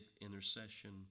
intercession